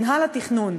מינהל התכנון.